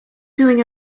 doing